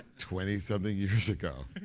twenty something years ago,